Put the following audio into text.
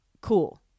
cool